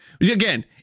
Again